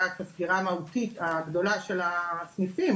הסגירה המהותית הגדולה של הסניפים,